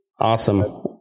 awesome